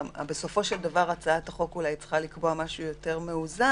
שבסופו של דבר הצעת החוק אולי צריכה לקבוע משהו יותר מאוזן,